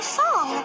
song